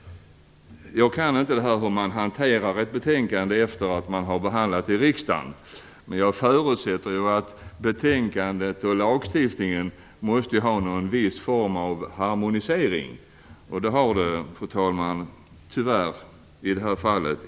Jag kan inte detta med hur man hanterar ett betänkande efter att det har behandlats i riksdagen. Men jag förutsätter att betänkandet och lagstiftningen måste harmoniseras i någon form. Det har tyvärr inte skett i det här fallet.